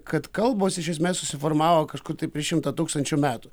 kad kalbos iš esmės susiformavo kažkur tai prieš šimtą tūkstančių metų